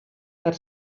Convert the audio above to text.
per